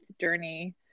journey